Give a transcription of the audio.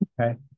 okay